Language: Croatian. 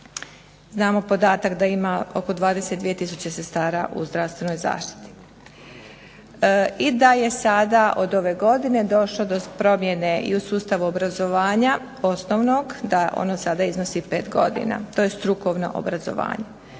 Znamo podatak da ima oko 22 tisuće sredstava u zdravstvenoj zaštiti i da je sada od ove godine došlo do promjene i u sustavu obrazovanja osnovnog, da ono sada iznosi 5 godina. To je strukovno obrazovanje.